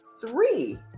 three